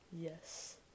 Yes